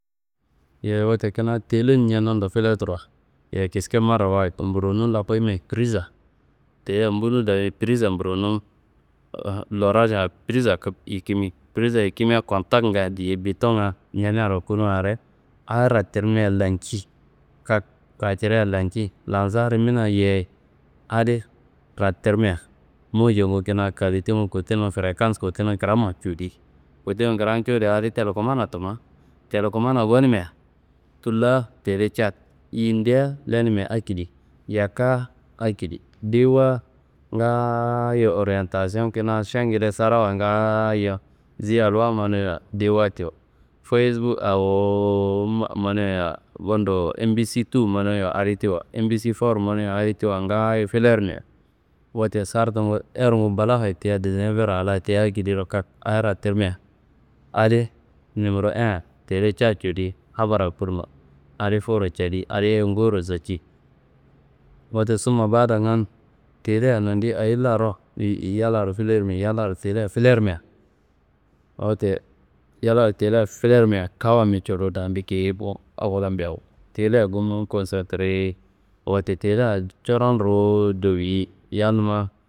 Yeyi wote kuna tele ñenenundo filetruwa yeyi kiske marawayid. Mburonun loku yimia priza teleya mbunun dayi prisa mburonun loranša priza kub yikimi, priza yikimia kontaknga diye bitonga ñeneyaro kunun are, adi rattirmia lanci. Kak raciria lanci. Lansa rimina yeyi, adi rattirmia mojongu kina kalitengu kotenumma frekans kotenum kramma cuwudi. Kotenum kran cuwudia adi telekumanna tumma, telekumanna gonimia tulla tele Cad, yindia lenimia akidi, yakka akidi, dewuwa ngaayo oriyantaziwo kina šeneide sarawuwa ngaayo zi alwan manuyiwa dewuwa tiwo fayis bok awo ma- maneia bundo embizi tuwu manoiwa adi tiwo, embizi for manoiwa adi tiwo ngaayo filermia. Wote sartungu erngu balakhiya tiyia dis never ala tiyia akediro kak adi ratirmia, adi nimero e tele Cad cudi. Habara kurno adi fuwuro cadi adiyi ngowuro zaci. Wote summa badangan, teleya nondiyi ayi laro y- yallaro filermi. Yallaro teleya filermia. Wote yallaro teleya filermia kawuwambe colu daan bikeyei bo awollambe awu. Tele mbunnun kosantereyei. Wote teleya coron ruwu doyi. Yalnumma.